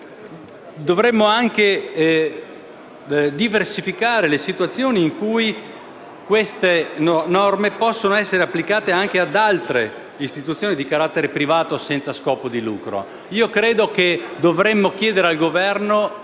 Dovremmo anche diversificare le situazioni in cui queste norme possono essere applicate anche ad altre istituzioni di carattere privato senza scopo di lucro.